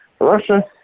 Russia